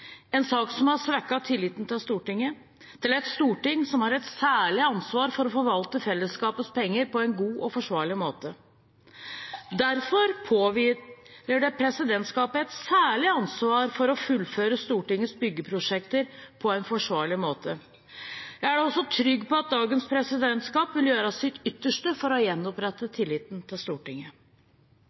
en sak som har svekket tilliten til Stortinget, til et storting som har et særlig ansvar for å forvalte fellesskapets penger på en god og forsvarlig måte. Derfor påhviler det presidentskapet et særlig ansvar for å fullføre Stortingets byggeprosjekter på en forsvarlig måte. Jeg er også trygg på at dagens presidentskap vil gjøre sitt ytterste for å gjenopprette tilliten til Stortinget.